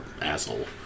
asshole